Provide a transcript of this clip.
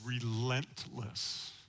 relentless